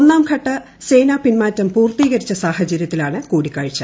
ഒന്നാംഘട്ട സേനാപിന്മാറ്റം പൂർത്തീകരിച്ച സാഹചര്യത്തിലാണ് കൂടിക്കാഴ്ച